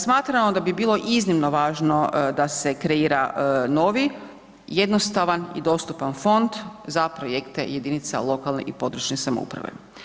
Smatramo da bi bilo iznimno važno da se kreira novi, jednostavan i dostupan fond za projekte jedinica lokalne i područne samouprave.